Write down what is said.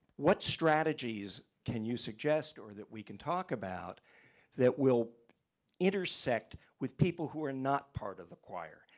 what strategies can you suggest or that we can talk about that will intersect with people who are not part of the choir.